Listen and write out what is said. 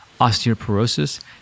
osteoporosis